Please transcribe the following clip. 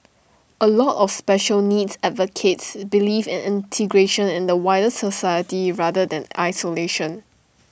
A lot of special needs advocates believe in integration and wider society rather than isolation